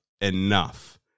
enough